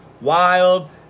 wild